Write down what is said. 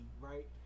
right